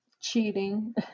cheating